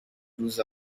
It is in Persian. روز